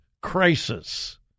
crisis